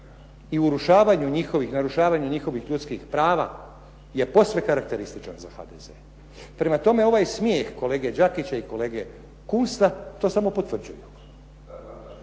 građanima, i narušavanju njihovih ljudskih prava je posve karakterističan za HDZ. Prema tome, ovaj smijeh kolege Đakića i kolege Kusta to samo potvrđuje.